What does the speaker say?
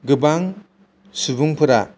गोबां सुबुंफोरा